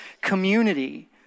community